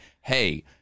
hey